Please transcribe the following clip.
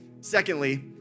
Secondly